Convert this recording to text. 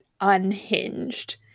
unhinged